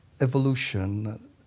evolution